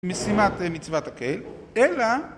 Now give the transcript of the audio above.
משימת מצוות הקהל, אלא...